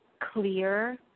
clear